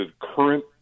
current